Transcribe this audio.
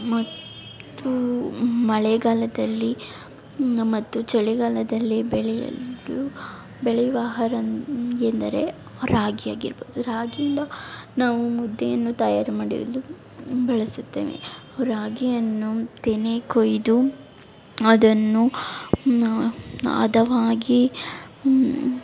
ಮತ್ತು ಮಳೆಗಾಲದಲ್ಲಿ ಮತ್ತು ಚಳಿಗಾಲದಲ್ಲಿ ಬೆಳೆಯಲು ಬೆಳೆಯುವ ಆಹಾರ ಅಂ ಎಂದರೆ ರಾಗಿ ಆಗಿರಬಹುದು ರಾಗಿಯಿಂದ ನಾವು ಮುದ್ದೆಯನ್ನು ತಯಾರು ಮಾಡಲು ಬಳಸುತ್ತೇವೆ ರಾಗಿಯನ್ನು ತೆನೆ ಕೊಯ್ದು ಅದನ್ನು ಹದವಾಗಿ